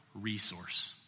resource